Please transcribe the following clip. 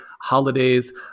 holidays